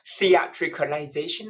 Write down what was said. theatricalization